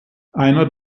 einer